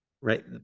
right